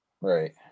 Right